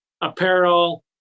apparel